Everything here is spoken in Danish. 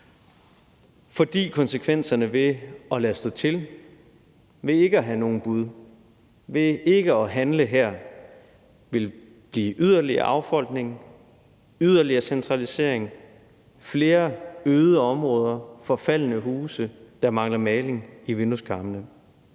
for konsekvenserne ved at lade stå til, ved ikke at have nogen bud, ved ikke at handle her, vil være yderligere affolkning, yderligere centralisering, flere øde områder, forfaldne huse, der mangler maling i vindueskarmene.